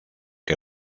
que